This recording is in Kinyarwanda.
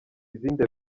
izindi